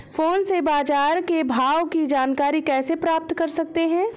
Phone से बाजार के भाव की जानकारी कैसे प्राप्त कर सकते हैं?